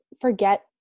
forget